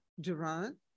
Durant